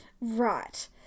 Right